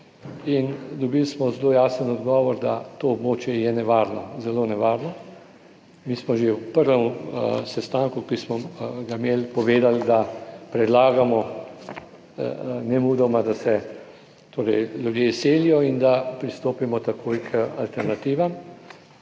In dobili smo zelo jasen odgovor, da to območje je nevarno, zelo nevarno. Mi smo že v prvem sestanku, ki smo ga imeli, povedali, da predlagamo nemudoma, da se torej ljudje izselijo in da pristopimo takoj k alternativam.